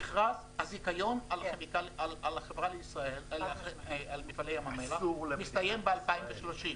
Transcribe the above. הזיכיון על מפעלי ים המלח מסתיים ב-2030.